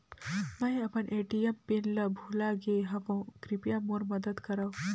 मैं अपन ATM pin ल भुला गे हवों, कृपया मोर मदद करव